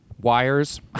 wires